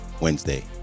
Wednesday